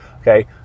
okay